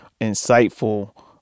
insightful